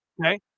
Okay